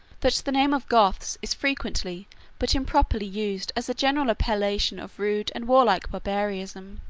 that the name of goths is frequently but improperly used as a general appellation of rude and warlike barbarism.